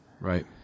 Right